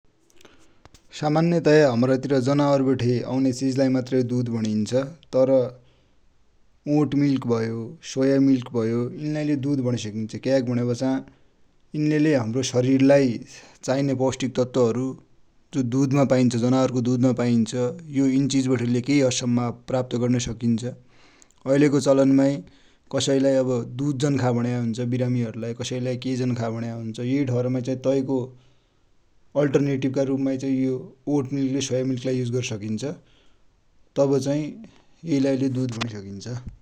सामान्यतया हमरा तिर जनावर बठे आउन्या चिज लाइ मात्र दुध भनिन्छ, तर ओट मिल्क भयो, सोया मिल्क भयो, यिनिलाइ ले दुध भणि सकिन्छ । क्याकि भनेपाछा यिनिले ले हमरा सरिर लाइ चाइने पौस्टिक तत्वहरु जो दुध माइ पाइन्छ, जनावर को दुध माइ पाइन्छ, यो यिनि चिज बठे ले केइ हद सम्म प्राप्त गर्न सकिन्छ । ऐले को चलन माइ कसैलाइ दुध जन्खा भनेको हुन्छ, बिरामि हरु लाइ कसै लाइ केइ जन्खा भनेको हुन्छ, यै ठउर माइ तै को अल्टरनेटिभ का रुप माइ चाइ ओट मिल्क र सोया मिल्क लाइ प्रयोग गर सकिन्छ, तब चाइ यै लाइ ले दुध भनि सकिन्छ ।